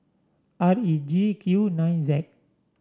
R E G Q nine Z